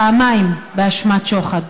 פעמיים באשמת שוחד,